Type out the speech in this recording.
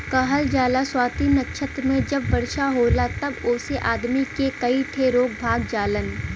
कहल जाला स्वाति नक्षत्र मे जब वर्षा होला तब ओसे आदमी के कई ठे रोग भाग जालन